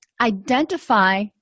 Identify